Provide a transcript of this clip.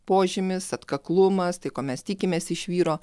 požymis atkaklumas tai ko mes tikimės iš vyro